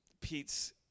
Pete's